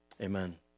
amen